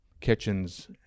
kitchens